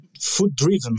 food-driven